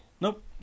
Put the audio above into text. Nope